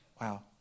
Wow